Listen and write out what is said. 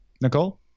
Nicole